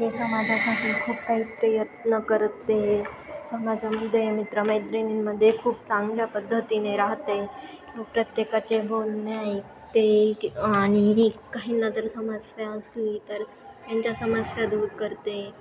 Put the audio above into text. मी समाजासाठी खूप काही प्रयत्न करते समाजामध्ये मित्र मैत्रिणींमध्ये खूप चांगल्या पद्धतीने राहते प्रत्येकाचे बोलणे ऐकते आणि काहींना जर समस्या असली तर त्यांच्या समस्या दूर करते